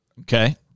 Okay